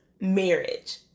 marriage